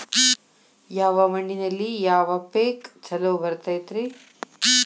ಎರೆ ಮಣ್ಣಿನಲ್ಲಿ ಯಾವ ಪೇಕ್ ಛಲೋ ಬರತೈತ್ರಿ?